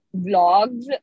vlogs